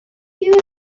you